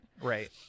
Right